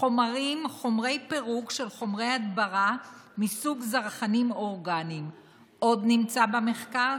נמצאו שאריות חומרי הדברה מסוכנים מס' 173,